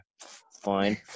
fine